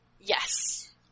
Yes